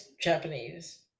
Japanese